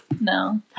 No